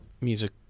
music